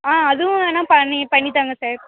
அதுவும் வேணா பண்ணி பண்ணிதாங்க சார்